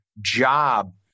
job